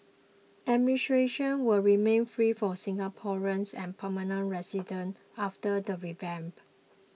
will remain free for Singaporeans and permanent residents after the revamp